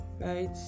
right